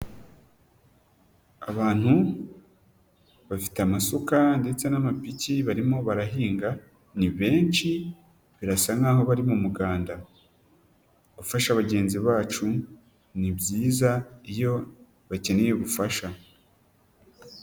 Abantu bafite amasuka ndetse n'amapiki, barimo barahinga, ni benshi, birasa nk'aho bari mu muganda, gufasha bagenzi bacu ni byiza iyo bakeneye ubufasha.